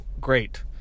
Great